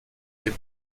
dem